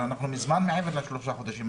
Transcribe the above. אבל אנחנו מזמן מעבר לשלושה חודשים,